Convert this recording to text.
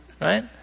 right